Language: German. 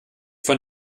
von